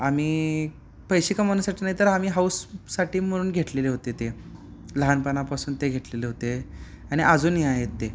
आम्ही पैसे कमावण्यासाठी नाही तर आम्ही हाऊससाठी म्हणून घेतलेले होते ते लहानपणापासून ते घेतलेले होते आणि अजूनही आहेत ते